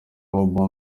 bobo